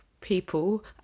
people